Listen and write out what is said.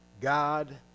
God